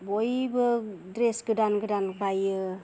बयबो द्रेस गोदान गोदान बायो